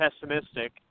pessimistic